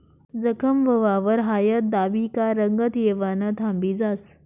जखम व्हवावर हायद दाबी का रंगत येवानं थांबी जास